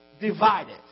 divided